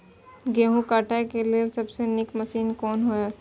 गेहूँ काटय के लेल सबसे नीक मशीन कोन हय?